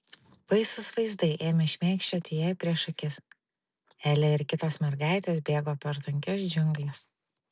baisūs vaizdai ėmė šmėkščioti jai prieš akis elė ir kitos mergaitės bėgo per tankias džiungles